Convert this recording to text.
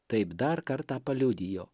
taip dar kartą paliudijo